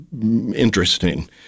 interesting